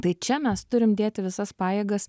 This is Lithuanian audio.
tai čia mes turim dėti visas pajėgas